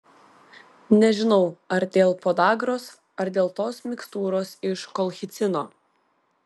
nežinau ar dėl podagros ar dėl tos mikstūros iš kolchicino